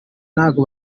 ntago